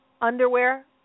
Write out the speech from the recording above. underwear